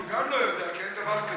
אבל גם הוא לא יודע, כי אין דבר כזה.